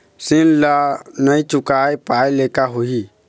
ऋण ला नई चुका पाय ले का होही?